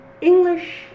English